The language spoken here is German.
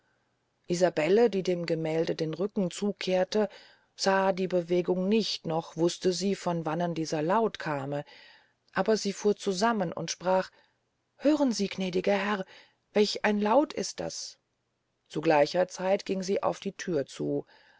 isabelle die dem gemälde den rücken zukehrte sah die bewegung nicht noch wuste sie von wannen dieser laut kame aber sie fuhr zusammen und sprach hören sie gnädiger herr welch ein laut ist das zu gleicher zeit ging sie auf die thür zu